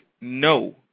No